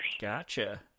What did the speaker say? Gotcha